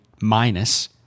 minus